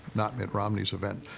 not mitt romney's event.